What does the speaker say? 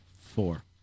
Four